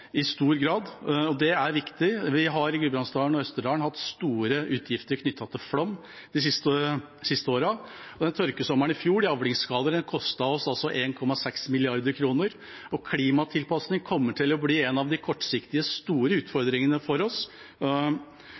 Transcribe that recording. i stor grad. Det er viktig. Vi har i Gudbrandsdalen og Østerdalen hatt store utgifter knyttet til flom de siste årene, og avlingsskader etter tørkesommeren i fjor kostet oss 1,6 mrd. kr. Klimatilpasning kommer til å bli en av de store utfordringene for oss